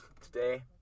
today